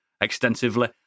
extensively